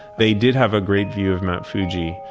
they did have a great view of mt. fuji,